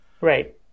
Right